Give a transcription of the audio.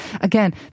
again